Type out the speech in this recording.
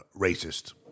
racist